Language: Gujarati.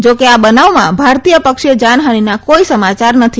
જોકે આ બનાવમાં ભારતીય પક્ષે જાનહાનીના કોઈ સમાચાર નથી